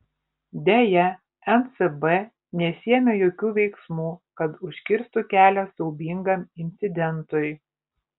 deja ncb nesiėmė jokių veiksmų kad užkirstų kelią siaubingam incidentui